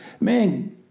man